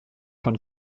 von